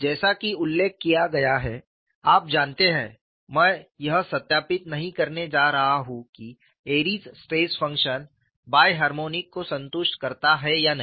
जैसा कि उल्लेख किया गया है आप जानते हैं मैं यह सत्यापित नहीं करने जा रहा हूं कि Airy's stress function Airy's stress function द्वि हार्मोनिक को संतुष्ट करता है या नहीं